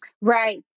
Right